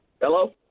Hello